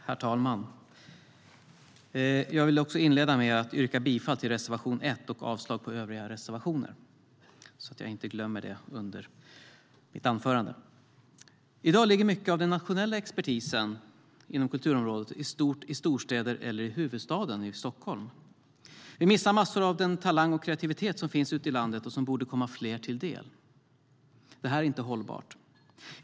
Herr talman! Jag vill inleda med att yrka bifall till reservation 1 och avslag på övriga reservationer. I dag ligger mycket av den nationella expertisen inom kulturområdet i storstäder eller i huvudstaden Stockholm. Vi missar massor av den talang och kreativitet som finns ute i landet och som borde komma fler till del. Detta är inte hållbart.